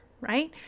right